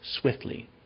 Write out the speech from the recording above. swiftly